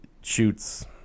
shoots